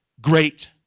great